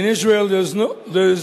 In Israel there is